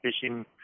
fishing